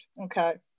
Okay